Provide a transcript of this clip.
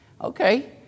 Okay